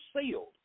sealed